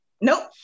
nope